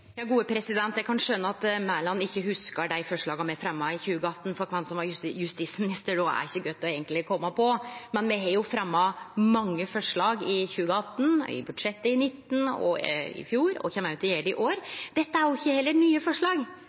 Eg kan skjøne at Mæland ikkje hugsar dei forslaga me fremja i 2018, for kven som var justisminister då, er det eigentleg ikkje så godt å kome på. Men me fremja mange forslag i 2018, i budsjettet i 2019, i fjor, og kjem òg til å gjere det i år. Dette er jo heller ikkje nye forslag.